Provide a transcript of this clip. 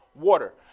water